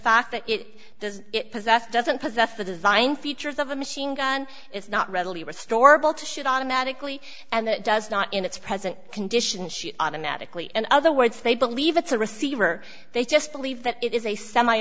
fact that it does it possess doesn't possess the design features of a machine gun is not readily restorable to should automatically and that does not in its present condition she automatically and other words they believe it's a receiver they just believe that it is a semi